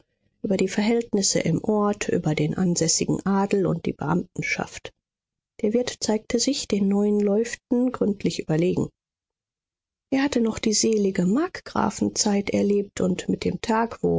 über die verhältnisse im ort über den ansässigen adel und die beamtenschaft der wirt zeigte sich den neuen läuften gründlich überlegen er hatte noch die selige markgrafenzeit erlebt und mit dem tag wo